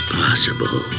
possible